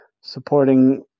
supporting